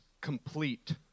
complete